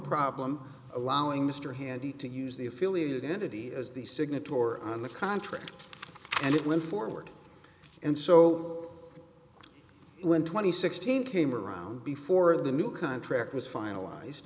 problem allowing mr handy to use the affiliated entity as the signatory on the contract and it went forward and so when twenty sixteen came around before the new contract was finalized